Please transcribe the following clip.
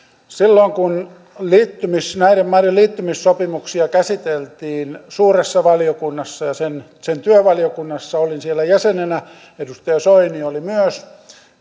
silloin kun näiden maiden liittymissopimuksia käsiteltiin suuressa valiokunnassa ja sen sen työvaliokunnassa olin siellä jäsenenä edustaja soini oli myös